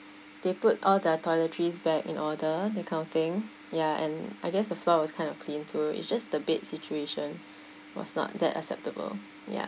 they put all the toiletries back in order that kind of thing ya and I guess the floor was kind of clean too it's just the bed situation was not that acceptable ya